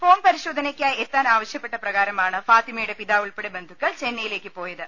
phone പരി ശോധനയ്ക്കായി എത്താൻ ആവശ്യപ്പെട്ട പ്രകാരമാണ് ഫാത്തിമയുടെ പിതാ വുൾപ്പെടെ ബന്ധുക്കൾ ചെന്നൈയിലേക്ക് പോയത്